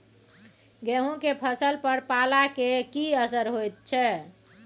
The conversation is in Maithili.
गेहूं के फसल पर पाला के की असर होयत छै?